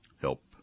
help